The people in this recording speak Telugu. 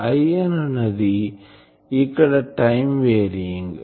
I అనునది ఇక్కడ టైం వేరియంగ్